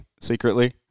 secretly